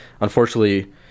unfortunately